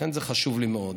לכן, זה חשוב לי מאוד.